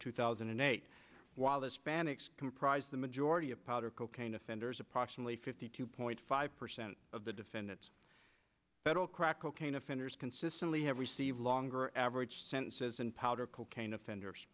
two thousand and eight while this panix comprise the majority of powder cocaine offenders approximately fifty two point five percent of the defendants federal crack cocaine offenders consistently have received longer average sentences and powder cocaine offenders